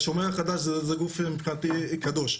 השומר החדש זה גוף שנתקלתי קדוש,